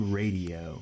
radio